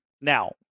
Now